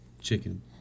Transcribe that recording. Chicken